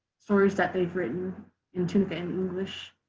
stories that they've written in tunica and english.